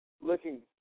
looking